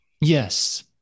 Yes